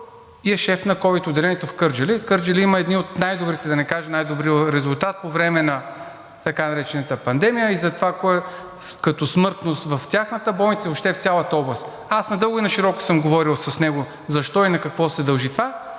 е шеф на ковид отделението в Кърджали. Кърджали има едни от най-добрите, да не кажа най-добрите, резултати по време на така наречената пандемия и това като смъртност в тяхната болница, въобще в цялата област. Аз надълго и нашироко съм говорил с него защо и на какво се дължи това.